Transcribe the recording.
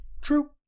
True